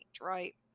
right